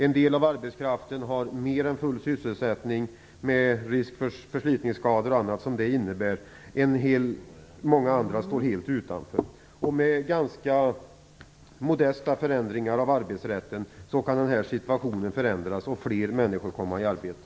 En del av arbetskraften har mer än full sysselsättning, med risk för förslitningsskador och annat som kan bli följden, och många andra står helt utanför arbetsmarknaden. Med ganska modesta förändringar av arbetsrätten kan den här situationen förändras och fler människor komma i arbete.